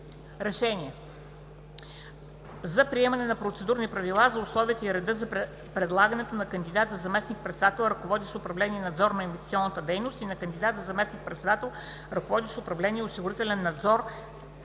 РЕШЕНИЕ за приемане на процедурни правила за условията и реда за предлагането на кандидат за заместник-председател, ръководещ управление „Надзор на инвестиционната дейност“, и на кандидат за заместник-председател, ръководещ управление „Осигурителен надзор“,